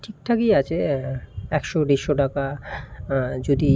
ঠিকঠাকই আছে একশো দেড়শো টাকা যদি